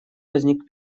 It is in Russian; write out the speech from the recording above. возник